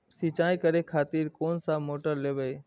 सीचाई करें खातिर कोन सा मोटर लेबे?